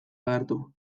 agertu